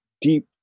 deep